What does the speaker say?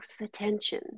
attention